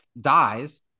dies